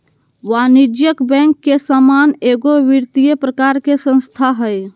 वाणिज्यिक बैंक के समान एगो वित्तिय प्रकार के संस्था हइ